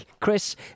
Chris